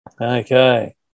Okay